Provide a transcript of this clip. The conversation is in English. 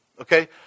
Okay